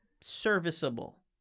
serviceable